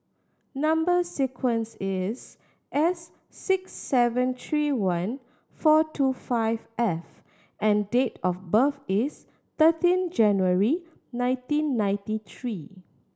number sequence is S six seven three one four two five F and date of birth is thirteen January nineteen ninety three